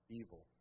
evil